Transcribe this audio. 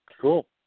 Cool